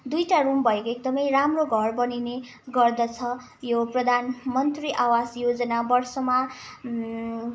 दुईवटा रुम भएको एकदमै राम्रो घर बनिने गर्दछ यो प्रधानमन्त्री आवास योजना वर्षमा